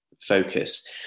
focus